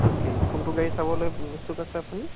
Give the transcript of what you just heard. অ' কে কোনটো গাড়ী চাবলৈ ইচ্ছুক আছে আপুনি